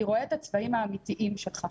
אני רואה את הצבעים האמיתיים שלך.